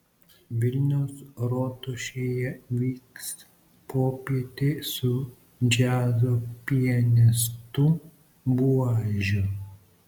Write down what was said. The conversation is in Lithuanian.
vilniaus rotušėje vyks popietė su džiazo pianistu buožiu